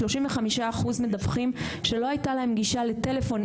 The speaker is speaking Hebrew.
35% מדווחים שלא הייתה להם גישה לטלפון,